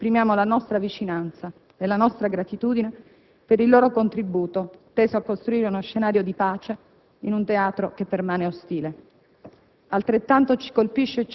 Ai nostri militari esprimiamo la nostra vicinanza e la nostra gratitudine per il loro contributo, teso a costruire uno scenario di pace in un teatro che permane ostile.